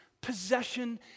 possession